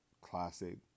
classic